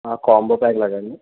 combo pack లాగా అండి